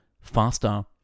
faster